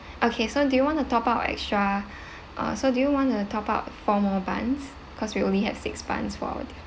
okay so do you want to top up extra uh so do you wanna top up four more buns cause we only have six buns for our